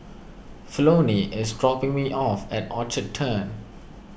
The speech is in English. Flonnie is dropping me off at Orchard Turn